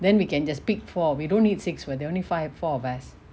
then we can just pick four we don't need six when there are only five four of us